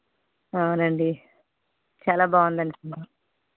అవునండి చాలా బాగుందండి సినిమా